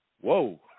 Whoa